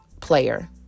player